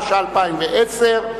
התש"ע 2010,